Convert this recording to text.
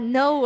no